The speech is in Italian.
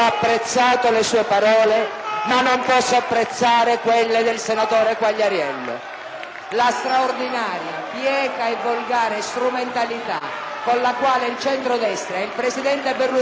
La straordinaria, bieca e volgare strumentalità con la quale il centrodestra e il presidente Berlusconi in prima persona hanno affrontato la questione ricade nel momento più triste.